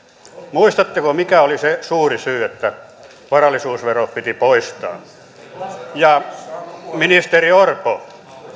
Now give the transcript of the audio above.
muistatteko mikä oli se suuri syy että varallisuusvero piti poistaa ministeri orpo